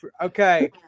Okay